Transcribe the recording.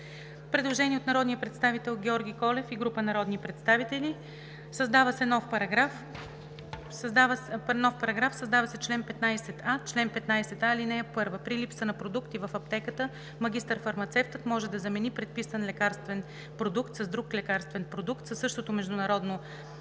Предложение от народния представител Георги Колев и група народни представители: „Създава се нов параграф: §… Създава се чл. 15а: „Чл. 15а. (1) При липса на продукти в аптеката магистър-фармацевтът може да замени предписан лекарствен продукт с друг лекарствен продукт със същото международно